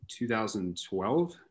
2012